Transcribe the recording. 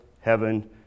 heaven